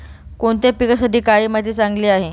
कोणत्या पिकासाठी काळी माती चांगली आहे?